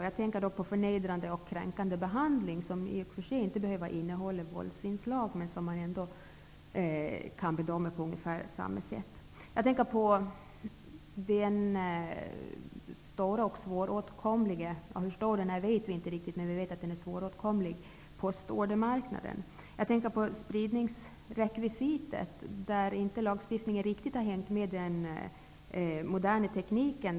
Jag tänker på förnedrande och kränkande handlingar, som i och för sig inte behöver innehålla våldsinslag men som ändå kan bedömas på ungefär samma sätt. Jag tänker på den stora och svåråtkomliga postordermarknaden. Hur stor den är vet vi inte riktigt. Men vi vet att den är svåråtkomlig. När det gäller spridningsrekvisitet har lagstiftningen inte riktigt hängt med i utvecklingen av den moderna tekniken.